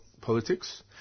politics